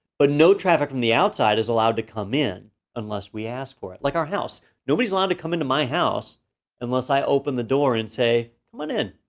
but no traffic from the outside is allowed to come in unless we ask for it. like our house, nobody is allowed to come into my house unless i open the door and say come on in,